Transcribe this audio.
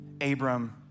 Abram